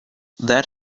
that